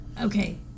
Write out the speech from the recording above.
Okay